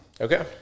Okay